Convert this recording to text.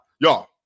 Y'all